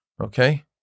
okay